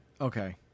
Okay